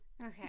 Okay